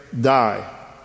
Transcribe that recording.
die